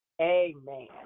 Amen